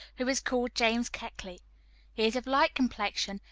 who is called james keckley is of light complexion,